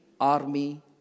army